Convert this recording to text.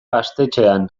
gaztetxean